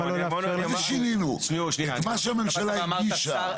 שינינו, את מה שהממשלה הגישה.